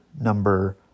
number